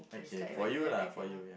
in case like when you know like that kind of